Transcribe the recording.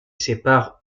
sépare